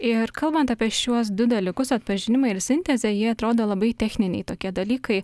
ir kalbant apie šiuos du dalykus atpažinimą ir sintezę jie atrodo labai techniniai tokie dalykai